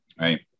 right